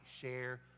share